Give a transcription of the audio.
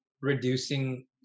reducing